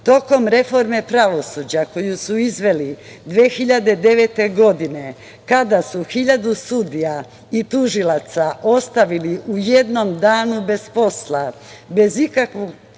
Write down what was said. tokom reforme pravosuđa koju su izneli 2009. godine, kada su hiljadu sudija i tužilaca ostavili u jednom danu bez posla, bez ikakvog